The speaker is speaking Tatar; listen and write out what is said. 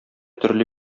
төрле